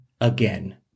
again